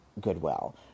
goodwill